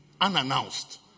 unannounced